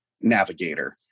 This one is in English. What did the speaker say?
navigator